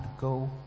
go